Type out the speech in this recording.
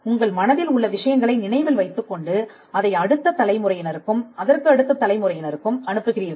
உங்கள் மனதில் உள்ள விஷயங்களை நினைவில் வைத்துக் கொண்டு அதை அடுத்த தலைமுறையினருக்கும் அதற்கு அடுத்த தலைமுறையினருக்கும் அனுப்புகிறீர்கள்